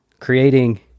creating